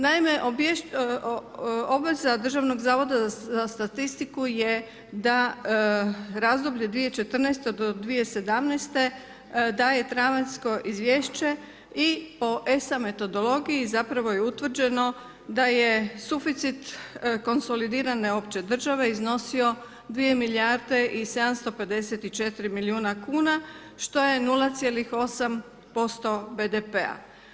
Naime, obveza Državnog zavoda za statistiku da razdoblje 2014. do 2017. daje travanjsko izvješće i po ESA metodologiji zapravo je utvrđeno da je suficit konsolidirane opće države iznosio 2 milijarde i 754 milijuna kuna što je 0,8% BDP-a.